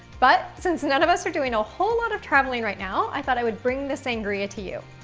but since none of us are doing a whole lot of traveling right now, i thought i would bring the sangria to you.